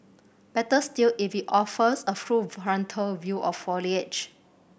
better still if it offers a full frontal view of foliage